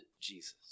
Jesus